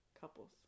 couples